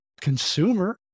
consumer